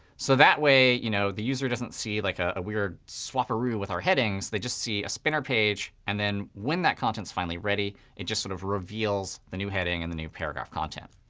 so that way, you know the user doesn't see like ah a weird swaparoo with our headings. they just see a spinner page. and then when that content is finally ready, it just sort of reveals the new heading and the new paragraph content.